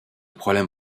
problème